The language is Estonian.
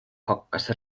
hakkas